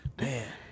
Man